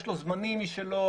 יש לו זמנים משלו.